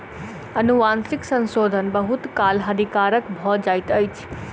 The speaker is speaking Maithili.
अनुवांशिक संशोधन बहुत काल हानिकारक भ जाइत अछि